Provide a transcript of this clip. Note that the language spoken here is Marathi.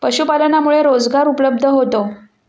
पशुपालनामुळे रोजगार उपलब्ध होतो